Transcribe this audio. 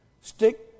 stick